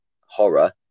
horror